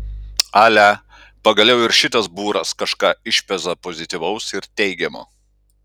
ale pagaliau ir šitas būras kažką išpeza pozityvaus ir teigiamo